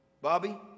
Bobby